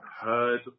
heard